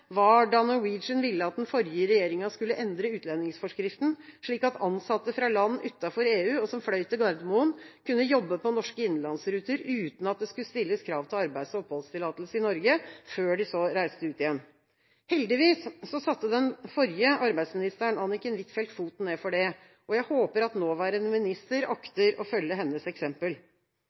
var da Norwegian ville at den forrige regjeringa skulle endre utlendingsforskriften, slik at ansatte fra land utenfor EU som fløy til Gardermoen, kunne jobbe på norske innenlandsruter uten at det skulle stilles krav til arbeids- og oppholdstillatelse i Norge, før de så reiste ut igjen. Heldigvis satte den forrige arbeidsministeren, Anniken Huitfeldt, foten ned for det. Jeg håper at nåværende minister akter å følge hennes eksempel.